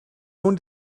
own